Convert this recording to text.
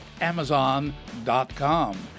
Amazon.com